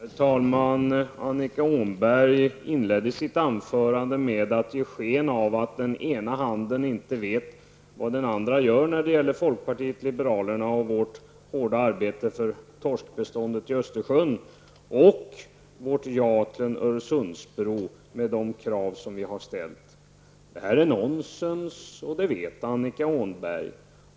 Herr talman! Annika Åhnberg inledde sitt anförande med att ge sken av att den ena handen inte vet vad den andra gör när det gäller folkpartiet liberalerna och vårt hårda arbete för torskbeståndet i Östersjön och vårt ja till en Öresundsbro med de krav som vi har ställt. Det här är nonsens, och det vet Annika Åhnberg.